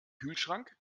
kühlschrank